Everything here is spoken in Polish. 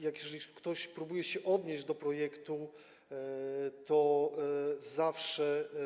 Jeżeli ktoś próbuje się odnieść do projektu, to zawsze.